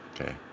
okay